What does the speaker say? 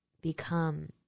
become